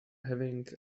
having